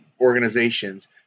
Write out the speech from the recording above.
organizations